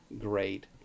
great